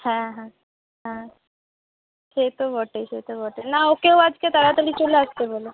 হ্যাঁ হ্যাঁ হ্যাঁ সে তো বটে সে তো বটে না ওকেও আজকে তাড়াতাড়ি চলে আসতে বল